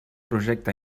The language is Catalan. projecte